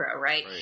Right